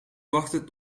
wachten